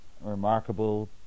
remarkable